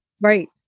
Right